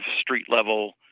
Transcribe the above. street-level